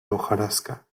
hojarasca